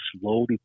slowly